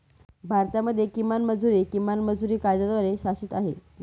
भारतामध्ये किमान मजुरी, किमान मजुरी कायद्याद्वारे शासित आहे